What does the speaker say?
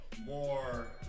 More